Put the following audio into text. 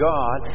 God